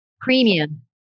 Premium